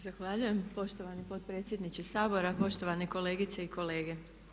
Zahvaljujem poštovani potpredsjedniče Sabora, poštovane kolegice i kolege.